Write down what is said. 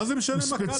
מה זה משנה מה קל להם?